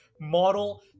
model